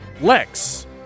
Lex